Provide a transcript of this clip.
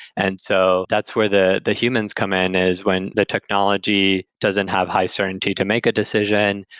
and so that's where the the humans come in, is when the technology doesn't have high certainty to make a decision,